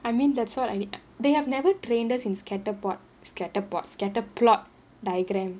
I mean that's what I ne~ they have never train us in scattered pot scattered pot scattered plot diagram